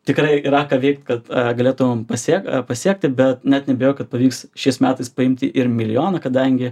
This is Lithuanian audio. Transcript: tikrai yra ką veikt kad galėtumėm pasiekt pasiekti bet net neabejoju kad pavyks šiais metais paimti ir milijoną kadangi